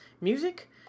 Music